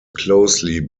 closely